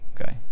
okay